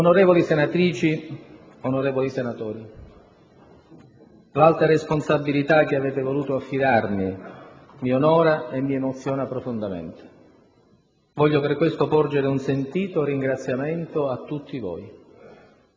Onorevoli senatrici, onorevoli senatori, l'alta responsabilità che avete voluto affidarmi mi onora e mi emoziona profondamente. Voglio per questo porgere un sentito ringraziamento a tutti voi.